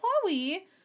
Chloe